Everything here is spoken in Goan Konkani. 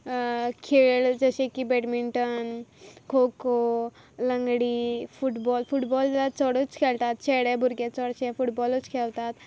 खेळ जशें की बेडमिंटन खो खो लंगडी फुटबॉल फुटबॉल जाल्या चडूच खेळटात चेडे भुरगे चडशे फुटबॉलूच खेवतात